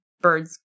birds